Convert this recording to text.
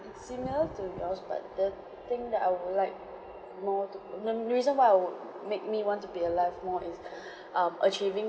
similar to yours but the thing that I would like more to the the reason why I would make me want to be alive more is um achieving